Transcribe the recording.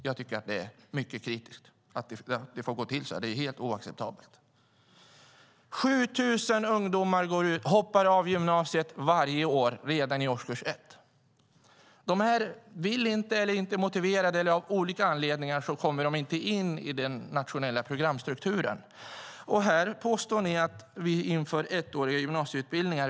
Jag tycker att det är mycket kritiskt att det får gå till så här. Det är helt oacceptabelt. 7 000 ungdomar hoppar av gymnasiet varje år redan i årskurs 1. De vill inte eller är inte motiverade. Eller av olika anledningar kommer de inte in i den nationella programstrukturen. Och här påstår ni att vi inför ettåriga gymnasieutbildningar.